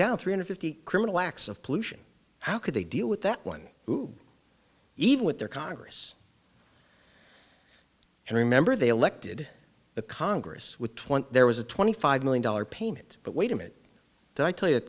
down three hundred fifty criminal acts of pollution how could they deal with that one who even with their congress and remember they elected the congress with twenty there was a twenty five million dollars payment but wait a minute did i tell y